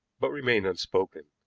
but remained unspoken.